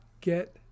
get